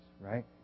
right